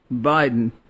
Biden